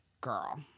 girl